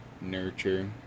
nurture